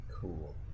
Cool